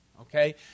Okay